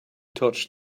touched